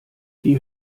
die